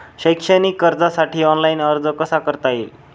शैक्षणिक कर्जासाठी ऑनलाईन अर्ज कसा करता येईल?